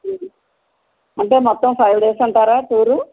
ఉహు అంటే మొత్తం ఫైవ్ డేస్ అంటారా టూరు